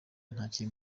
ntakiri